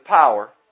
power